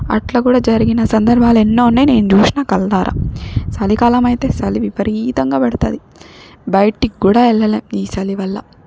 అట్ల కూడా జరిగిన సంధర్భాలు ఎన్నో ఉన్నాయి నేను చూసినా కళ్ళారా చలికాలం అయితే సలి విపరీతంగా పెడుతుంది బయటికి కూడా వెళ్ళలేం ఈ చలి వల్ల